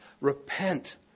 Repent